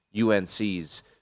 UNC's